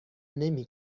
نمی